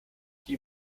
die